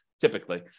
typically